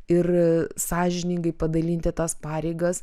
ir sąžiningai padalinti tas pareigas